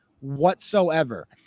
whatsoever